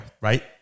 right